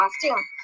costume